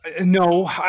no